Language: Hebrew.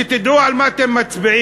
שתדעו על מה אתם מצביעים.